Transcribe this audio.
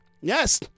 yes